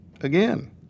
again